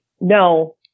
no